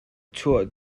chuah